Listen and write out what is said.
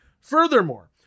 Furthermore